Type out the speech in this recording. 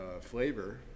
flavor